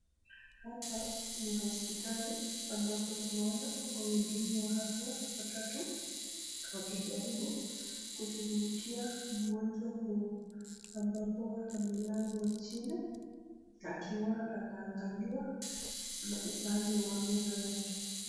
Hapa ni hospitali ambapo tunaona wahudumu wa afya watatu, wakijaribu kushughulikia mgonjwa huu, ambapo amelazwa chini akiwa anangaliwa na upande wa meno yake.